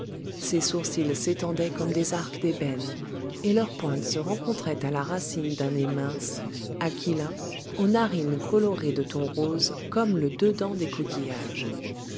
ses sourcils s'étendaient comme des arcs d'ébène et leurs pointes se rencontraient à la racine d'un nez mince aquilin aux narines colorées de tons roses comme le dedans des coquillages